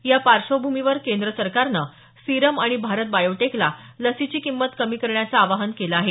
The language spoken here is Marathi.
या पार्श्वभूमीवर केंद्र सरकारनं सीरम आणि भारत बायोटेकला लसीची किंमत कमी करण्याचं आवाहन केलं आहे